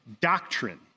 doctrine